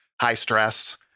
high-stress